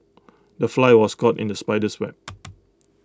the fly was caught in the spider's web